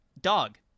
dog